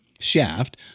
Shaft